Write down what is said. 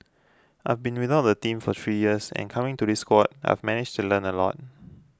I've been without a team for three years and coming to this squad I've managed to learn a lot